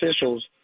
officials